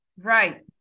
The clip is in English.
Right